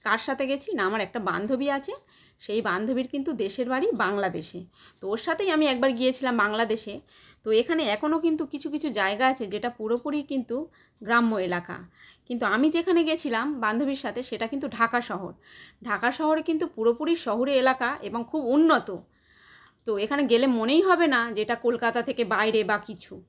কার সাথে গিয়েছি না আমার একটা বান্ধবী আছে সেই বান্ধবীর কিন্তু দেশের বাড়ি বাংলাদেশে তো ওর সাথেই আমি একবার গিয়েছিলাম বাংলাদেশে তো এখানে এখনও কিন্তু কিছু কিছু জায়গা আছে যেটা পুরোপুরি কিন্তু গ্রাম্য এলাকা কিন্তু আমি যেখানে গিয়েছিলাম বান্ধবীর সাথে সেটা কিন্তু ঢাকা শহর ঢাকা শহর কিন্তু পুরোপুরি শহুরে এলাকা এবং খুব উন্নত তো এখানে গেলে মনেই হবে না যে এটা কলকাতা থেকে বাইরে বা কিছু